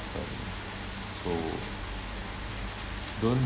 so don't